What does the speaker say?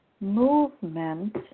Movement